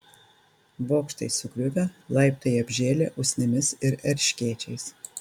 bokštai sugriuvę laiptai apžėlę usnimis ir erškėčiais